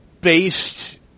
based